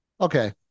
okay